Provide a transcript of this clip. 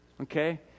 Okay